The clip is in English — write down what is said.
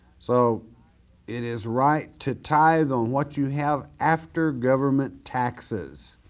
so it is right to tithe on what you have after government taxes.